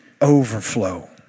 overflow